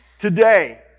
Today